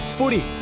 Footy